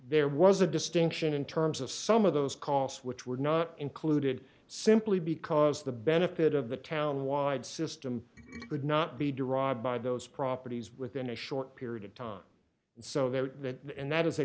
there was a distinction in terms of some of those costs which were not included simply because the benefit of the town wide system could not be derived by those properties within a short period of time so that and that is a